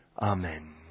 Amen